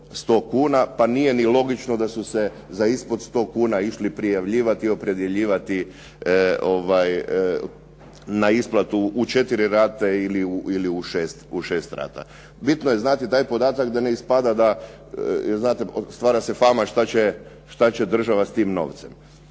pa nije ni logično da su se za ispod 100 kuna išli prijavljivati i opredjeljivati na isplatu od 4 rate ili u 6 rata. Bitno je znati taj podatak da ne ispada da znate stvara se fama što će država s tim novce.